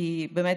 כי באמת,